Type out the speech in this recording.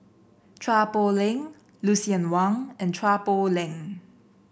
Chua Poh Leng Lucien Wang and Chua Poh Leng